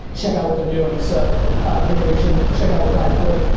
check out what they're doing so vaynernation, check out what guy's doing.